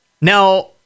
Now